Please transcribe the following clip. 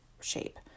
shape